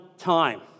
time